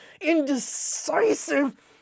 indecisive